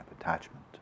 attachment